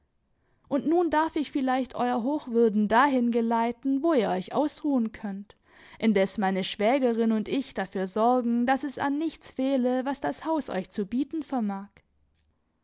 und nun darf ich vielleicht euer hochwürden dahin geleiten wo ihr euch ausruhen könnt indes meine schwägerin und ich dafür sorgen daß es an nichts fehle was das haus euch zu bieten vermag